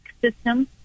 system